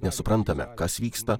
nesuprantame kas vyksta